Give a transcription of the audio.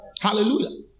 Hallelujah